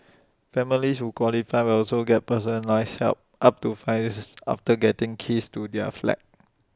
families who qualify will also get personalised help up to five this is after getting keys to their flat